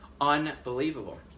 Unbelievable